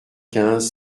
quinze